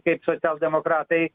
kaip socialdemokratai